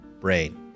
brain